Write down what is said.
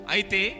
Aite